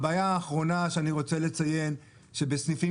הבעיה האחרונה שאני רוצה לציין היא שבסניפים